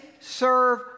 serve